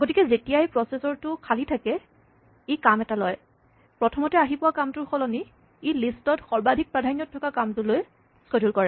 গতিকে যেতিয়াই প্ৰচেছৰটো খালী থাকে ই কাম এটা লয় প্ৰথমতে আহি পোৱা কামটোৰ সলনি ই লিষ্টত সৰ্বাধিক প্ৰাধান্যত থকা কামটো লৈ ক্সেডোল কৰে